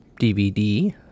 dvd